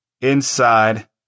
inside